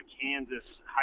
Kansas